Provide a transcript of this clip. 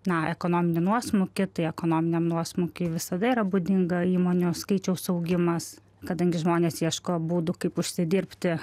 na ekonominį nuosmukį tai ekonominiam nuosmukiui visada yra būdinga įmonių skaičiaus augimas kadangi žmonės ieško būdų kaip užsidirbti